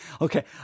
Okay